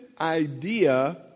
idea